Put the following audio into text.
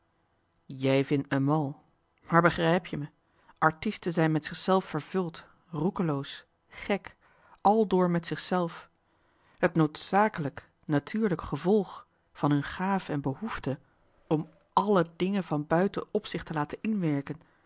jij vindt me mal maar begrijp je me artiesten zijn met zichzelf vervuld roekeloos gèk àldoor met zichzelf t noodzakelijk natuurlijk gevolg van hun gaaf en behoefte om alle dingen van buiten op zich te laten inwerken